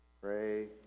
pray